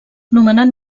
nomenat